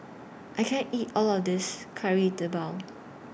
I can't eat All of This Kari Debal